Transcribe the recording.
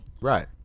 Right